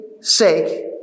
sake